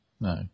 no